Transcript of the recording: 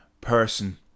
person